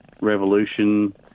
Revolution